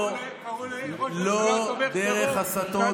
לא דרך הסתות.